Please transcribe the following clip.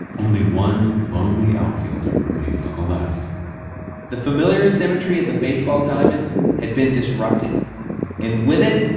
only one lonely outfielder remained on the left the familiar symmetry of the baseball diamond had been disrupted and with it,